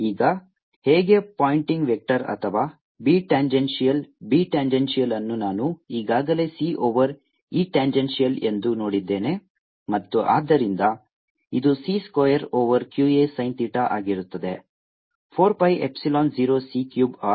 ಈಗ ಹೇಗೆ pointing vector ಅಥವಾ B ಟ್ಯಾಂಜೆನ್ಶಿಯಲ್ B ಟ್ಯಾಂಜೆನ್ಶಿಯಲ್ ಅನ್ನು ನಾನು ಈಗಾಗಲೇ c ಓವರ್ E ಟ್ಯಾಂಜೆನ್ಶಿಯಲ್ ಎಂದು ನೋಡಿದ್ದೇನೆ ಮತ್ತು ಆದ್ದರಿಂದ ಇದು c square over q a sin theta ಆಗಿರುತ್ತದೆ 4 pi epsilon 0 c cube r